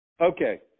Okay